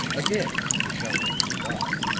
again the italian flew by